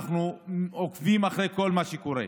אנחנו עוקבים אחרי כל מה שקורה.